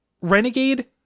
Renegade